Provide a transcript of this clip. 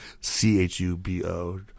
C-H-U-B-O